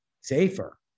safer